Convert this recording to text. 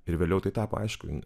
ir vėliau tai tapo aišku